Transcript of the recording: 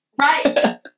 Right